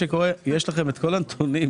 יש לכם את כל הנתונים.